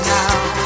now